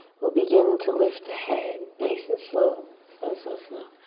we'll begin to lift the head. nice and slow. slow, slow, slow.